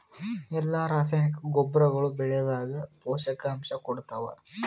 ಎಲ್ಲಾ ರಾಸಾಯನಿಕ ಗೊಬ್ಬರಗೊಳ್ಳು ಬೆಳೆಗಳದಾಗ ಪೋಷಕಾಂಶ ಕೊಡತಾವ?